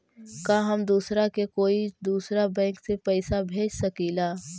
का हम दूसरा के कोई दुसरा बैंक से पैसा भेज सकिला?